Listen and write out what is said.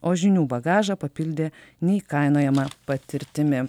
o žinių bagažą papildė neįkainojama patirtimi